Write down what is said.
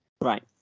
Right